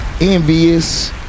envious